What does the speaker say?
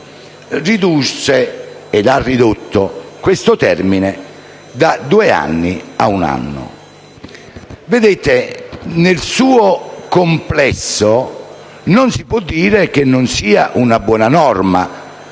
altri, ridusse questo termine da due ad un anno. Vedete, nel suo complesso non si può dire che non sia una buona norma,